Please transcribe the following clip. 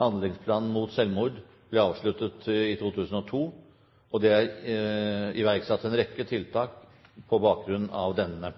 Handlingsplanen mot selvmord ble avsluttet i 2002, og det er iverksatt en rekke tiltak på bakgrunn av denne.